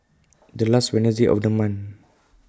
The last Wednesday of The month